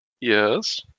Yes